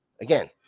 again